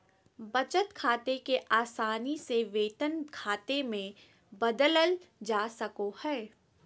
बचत खाते के आसानी से वेतन खाते मे बदलल जा सको हय